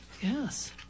Yes